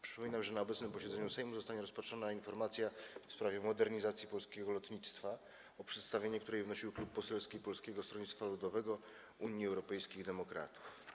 Przypominam, że na obecnym posiedzeniu Sejmu zostanie rozpatrzona informacja w sprawie modernizacji polskiego lotnictwa, o której przedstawienie wnosił Klub Poselski Polskiego Stronnictwa Ludowego - Unii Europejskich Demokratów.